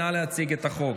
נא להציג את החוק.